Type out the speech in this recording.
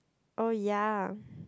oh ya